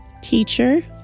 teacher